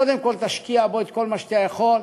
קודם כול תשקיע בו את כל מה שאתה יכול,